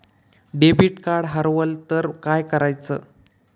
Debit card हरवल तर काय करायच?